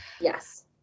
Yes